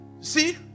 See